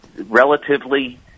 relatively